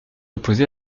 opposé